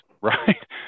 right